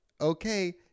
Okay